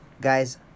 Guys